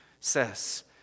says